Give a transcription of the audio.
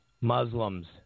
Muslims